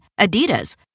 Adidas